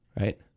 Right